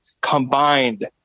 combined